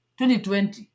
2020